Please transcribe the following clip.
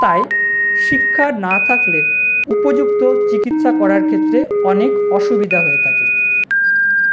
তাই শিক্ষা না থাকলে উপযুক্ত চিকিৎসা করার ক্ষেত্রে অনেক অসুবিধা হয়ে থাকে